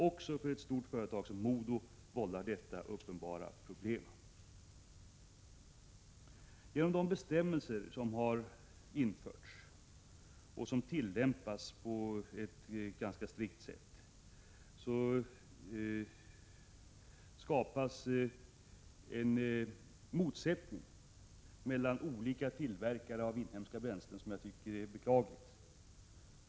Även för ett stort företag som MoDo vållar detta uppenbara problem. Genom de bestämmelser som har införts, och som tillämpas på ett ganska strikt sätt skapas en motsättning mellan olika tillverkare av inhemska bränslen som jag tycker är beklaglig.